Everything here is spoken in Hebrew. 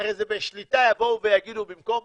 הרי זה בשליטה, יבואו ויגידו שבמקום